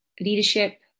leadership